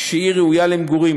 כשהיא ראויה למגורים.